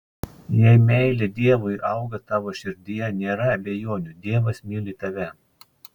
jei meilė dievui auga tavo širdyje nėra abejonių dievas myli tave